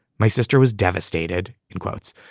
my sister was devastated in quotes,